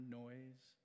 noise